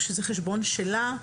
שזהו החשבון שלה,